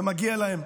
זה מגיע להם.